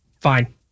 Fine